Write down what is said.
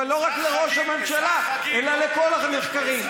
אבל לא רק לראש הממשלה, אלא לכל הנחקרים.